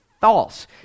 false